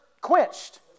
quenched